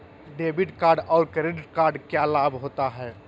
Debit card और credit card क्या लाभ होता है?